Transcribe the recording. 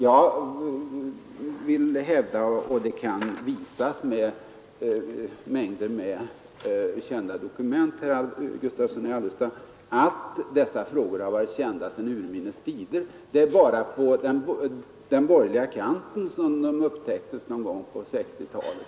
Jag vill, herr Gustavsson i Alvesta, hävda att — och det kan visas med mängder av kända dokument — de här frågorna har varit uppmärksammade sedan urminnes tider. Det är bara på den borgerliga kanten som de upptäcktes någon gång på 1960-talet.